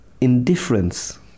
indifference